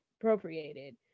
appropriated